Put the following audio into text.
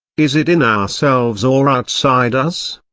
is it in ourselves or outside us?